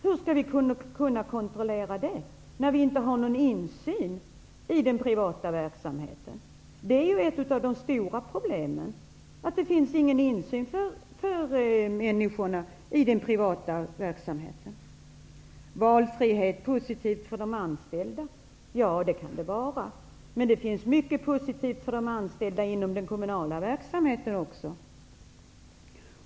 Hur skall vi kunna kontrollera det, när vi inte har någon insyn i den privata verksamheten? Det är ett av de stora problemen. Valfrihet är positivt för de anställda, säger Göte Jonsson. Ja, det kan det vara, men det finns mycket positivt för de anställda inom den kommunala verksamheten också.